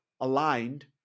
aligned